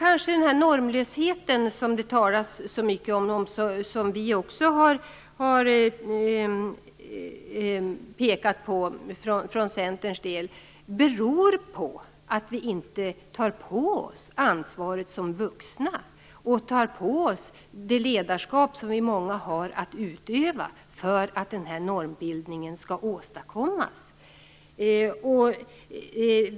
Den normlöshet som det talas så mycket om, som vi från Centern också har pekat på, kanske beror på att vi inte tar på oss ansvaret som vuxna, tar på oss det ledarskap som många av oss har att utöva, för att normbildningen skall åstadkommas.